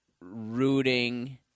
rooting